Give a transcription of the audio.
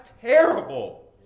terrible